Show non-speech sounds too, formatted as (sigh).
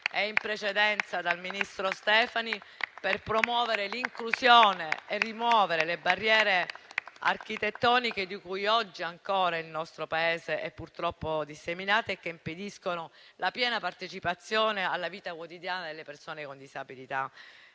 e in precedenza dalla ministra Stefani, (applause) per promuovere l'inclusione e rimuovere le barriere architettoniche, di cui ancora oggi il nostro Paese è purtroppo disseminato, che impediscono la piena partecipazione alla vita quotidiana delle persone con disabilità.